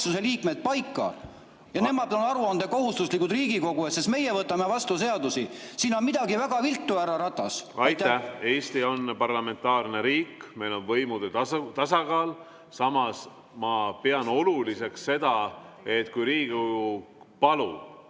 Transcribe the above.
Aitäh! Eesti on parlamentaarne riik, meil on võimude tasakaal. Samas ma pean oluliseks seda, et kui Riigikogu palub